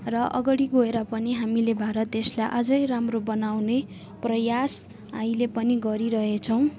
र अगाडि गएर पनि हामीले भारत देशलाई अझै राम्रो बनाउने प्रयास अहिले पनि गरिरहेछौँ